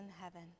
heaven